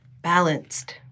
balanced